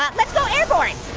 ah let's go airborne.